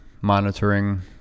monitoring